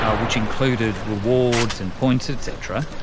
ah which included rewards and points et cetera.